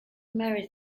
married